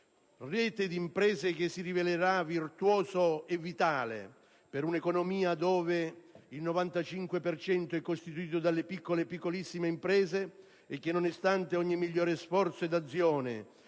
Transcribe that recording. reti di imprese, che si rivelerà virtuoso e vitale per un'economia dove il 95 per cento è costituito da piccole e piccolissime imprese che, nonostante ogni migliore sforzo ed azione